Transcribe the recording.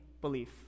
belief